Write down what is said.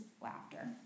laughter